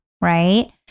right